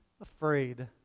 afraid